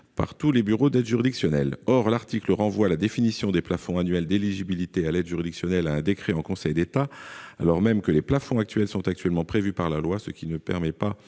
partout, les bureaux d'aide juridictionnelle, or l'article renvoie la définition des plafonds annuels d'éligibilité à l'aide juridictionnelle, un décret en Conseil d'État, alors même que les plafonds actuels sont actuellement prévus par la loi, ce qui ne permet pas